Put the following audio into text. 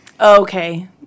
Okay